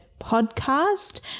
podcast